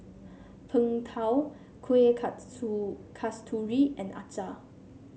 Png Tao Kuih Kasturi and acar